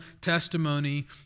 testimony